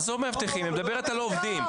עזוב מאבטחים, היא מדברת על עובדים.